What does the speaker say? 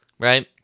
Right